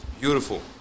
Beautiful